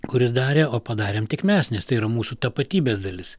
kuris darė o padarėm tik mes nes tai yra mūsų tapatybės dalis